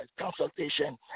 consultation